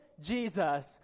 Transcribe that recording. Jesus